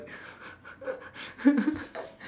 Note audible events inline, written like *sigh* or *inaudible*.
*laughs*